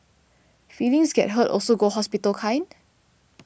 feelings get hurt also go hospital kind